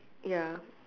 ya